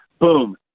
boom